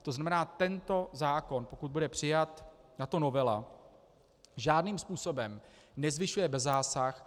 To znamená, tento zákon, pokud bude přijata tato novela, žádným způsobem nezvyšuje bezzásah.